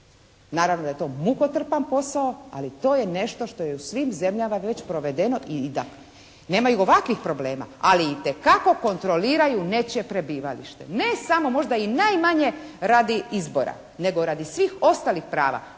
naravno da je to mukotrpan posao, ali to je nešto što je u svim zemljama već provedeno i da, nemaju ovakvih problema ali itekako kontroliraju nečije prebivalište. Ne samo i najmanje radi izbora nego radi svih ostalih prava;